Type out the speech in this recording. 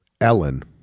ellen